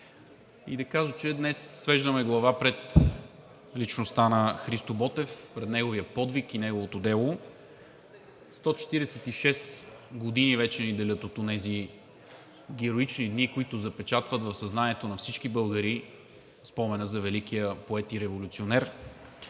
чуем сирените. Днес свеждаме глава пред личността на Христо Ботев, пред неговия подвиг и неговото дело. 146 години вече ни делят от онези героични дни, които запечатват в съзнанието на всички българи спомена за великия поет и революционер.